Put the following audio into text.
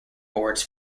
boards